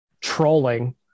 trolling